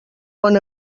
bon